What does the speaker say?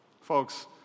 Folks